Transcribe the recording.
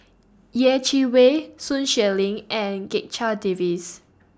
Yeh Chi Wei Sun Xueling and Checha Davies